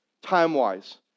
time-wise